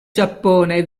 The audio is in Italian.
giappone